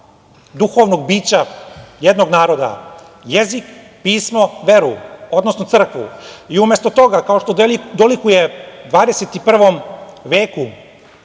duhovnog bića jednog naroda, jezik, pismo, veru, odnosno crkvu. Umesto toga, kao što dolikuje 21. veku